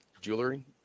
jewelry